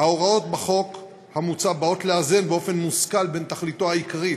ההוראות בחוק המוצע נועדו לאזן באופן מושכל בין תכליתו העיקרית,